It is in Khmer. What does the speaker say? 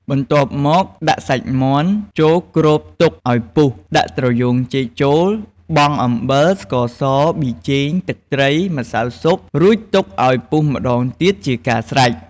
បន្ទាប់មក ដាក់សាច់មាន់ ចូលគ្របទុកអោយពុះ ដាក់ត្រយូងចេកចូល បង់អំបិល ស្ករស ប៊ីចេង ទឹកត្រី ម្សៅស៊ុប រួចទុកអោយពុះម្ដងទៀតជាការស្រេច។